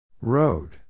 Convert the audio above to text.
Road